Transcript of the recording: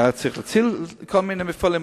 היה צריך להציל כל מיני מפעלים,